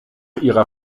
ihrer